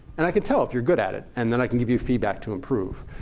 and i can tell if you're good at it. and then i can give you feedback to improve.